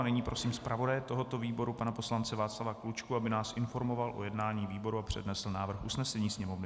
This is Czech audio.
Nyní prosím zpravodaje tohoto výboru pana poslance Václava Klučku, aby nás informoval o jednání výboru a přednesl usnesení Sněmovny.